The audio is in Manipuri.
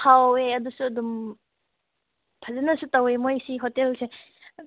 ꯍꯥꯎꯋꯦ ꯑꯗꯨꯁꯨ ꯑꯗꯨꯝ ꯐꯖꯅꯁꯨ ꯇꯧꯏ ꯃꯈꯣꯏ ꯁꯤ ꯍꯣꯇꯦꯜꯁꯦ